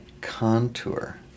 contour